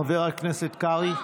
חבר הכנסת קרעי?